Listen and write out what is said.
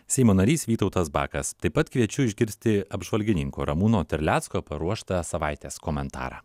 seimo narys vytautas bakas taip pat kviečiu išgirsti apžvalgininko ramūno terlecko paruoštą savaitės komentarą